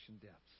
depths